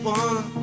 one